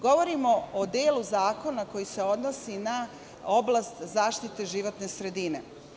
Govorim o delu Zakona koji se odnosi na oblast zaštite životne sredine.